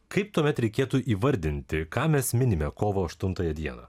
kaip tuomet reikėtų įvardinti ką mes minime kovo aštuntąją dieną